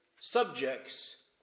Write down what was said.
subjects